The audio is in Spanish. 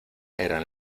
eran